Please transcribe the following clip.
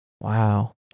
wow